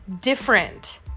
different